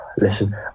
Listen